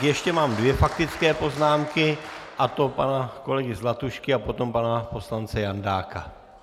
Ještě mám dvě faktické poznámky, a to pana kolegy Zlatušky a potom pana poslance Jandáka.